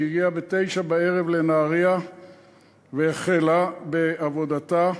שהגיעה ב-21:00 לנהריה והחלה בעבודתה.